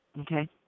Okay